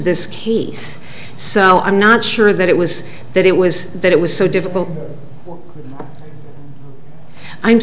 this case so i'm not sure that it was that it was that it was so difficult i'm